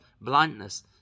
blindness